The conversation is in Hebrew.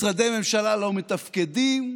משרדי הממשלה לא מתפקדים,